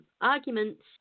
arguments